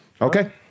Okay